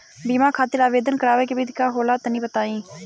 बीमा खातिर आवेदन करावे के विधि का होला तनि बताईं?